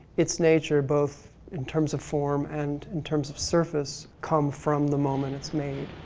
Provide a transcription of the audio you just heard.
its nature both in terms of form and in terms of surface come from the moment it's made.